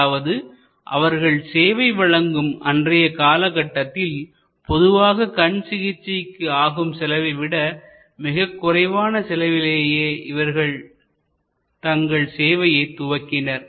அதாவது அவர்கள் சேவை வழங்கும் அன்றைய காலகட்டத்தில் பொதுவாக கண் சிகிச்சைக்கு ஆகும் செலவை விட மிகக் குறைவான செலவிலேயே இவர்கள் தங்கள் சேவையை துவங்கினர்